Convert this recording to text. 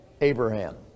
Abraham